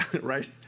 Right